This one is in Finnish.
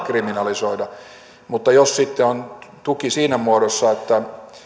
kriminalisoida mutta jos tuki on sitten siinä muodossa että